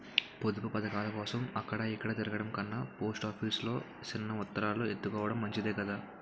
పొదుపు పదకాలకోసం అక్కడ ఇక్కడా తిరగడం కన్నా పోస్ట్ ఆఫీసు లో సిన్న మొత్తాలు ఎత్తుకోడం మంచిదే కదా